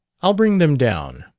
i'll bring them down.